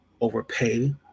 overpay –